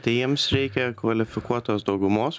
tai jiems reikia kvalifikuotos daugumos